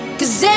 cause